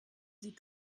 sie